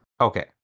Okay